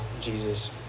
Jesus